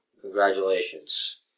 Congratulations